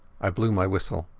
i blew my whistle.